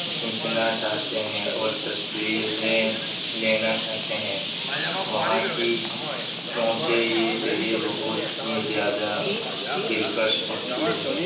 کھینچنا چاہتے ہیں اور تصویریں لینا چاہتے ہیں وہاں کی کیونکہ یہ جگہ بہت ہی زیادہ دلکش ہوتی ہے